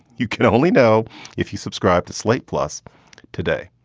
you can only know if you subscribed to slate plus today.